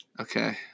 Okay